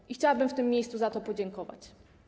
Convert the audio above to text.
I chciałabym w tym miejscu za to podziękować.